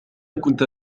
كنت